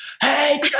Hey